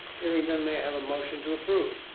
hearing none may have a motion to approve?